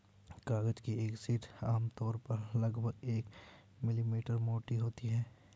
कागज की एक शीट आमतौर पर लगभग एक मिलीमीटर मोटी होती है